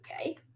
okay